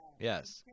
Yes